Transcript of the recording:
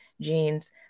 genes